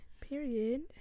Period